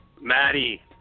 Maddie